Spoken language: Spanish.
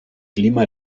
clima